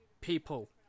people